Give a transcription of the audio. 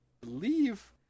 believe